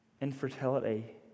infertility